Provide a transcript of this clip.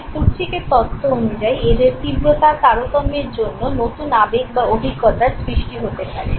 প্লুটচিকের তত্ত্ব অনুযায়ী এদের তীব্রতার তারতম্যের জন্য নতুন আবেগ বা অভিজ্ঞতার সৃষ্টি হতে পারে